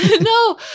No